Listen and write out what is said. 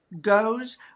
goes